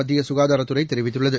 மத்திய சுகாதாரத்துறை தெரிவித்துள்ளது